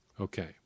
Okay